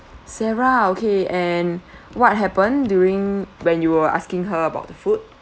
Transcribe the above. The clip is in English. sarah okay and what happen during when you were asking her about the food